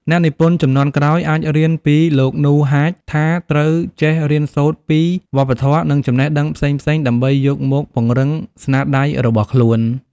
អ្នកនិពន្ធជំនាន់ក្រោយអាចរៀនពីលោក នូ ហាច ថាត្រូវចេះរៀនសូត្រពីវប្បធម៌ និងចំណេះដឹងផ្សេងៗ ដើម្បីយកមកពង្រឹងស្នាដៃរបស់ខ្លួន។